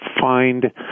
find